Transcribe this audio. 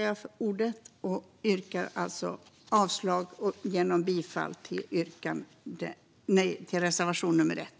Jag yrkar avslag på betänkandet och bifall till reservation 1.